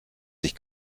sich